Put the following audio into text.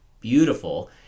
beautiful